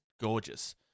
gorgeous